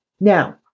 Now